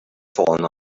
fallen